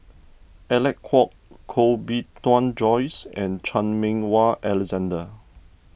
Alec Kuok Koh Bee Tuan Joyce and Chan Meng Wah Alexander